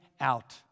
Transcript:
out